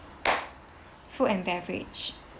food and beverage